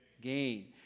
gain